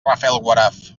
rafelguaraf